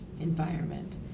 environment